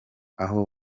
aho